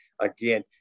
Again